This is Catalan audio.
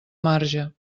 marge